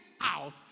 out